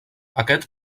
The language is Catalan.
aquest